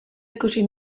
ikusi